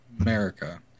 America